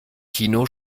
tino